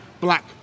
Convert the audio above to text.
black